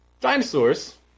Dinosaurs